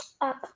up